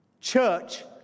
Church